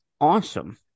awesome